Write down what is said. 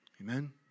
Amen